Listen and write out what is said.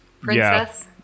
princess